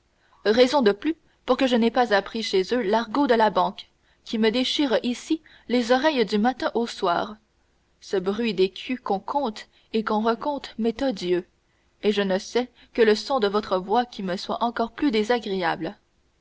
raison de plus pour que je n'aie pas appris chez eux l'argot de la banque qui me déchire ici les oreilles du matin au soir ce bruit d'écus qu'on compte et qu'on recompte m'est odieux et je ne sais que le son de votre voix qui me soit encore plus désagréable